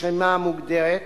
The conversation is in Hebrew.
ברשימה מוגדרת